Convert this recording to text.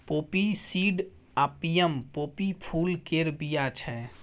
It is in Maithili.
पोपी सीड आपियम पोपी फुल केर बीया छै